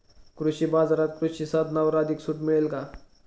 कृषी बाजारात कृषी साधनांवर अधिक सूट मिळेल का?